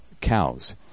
cows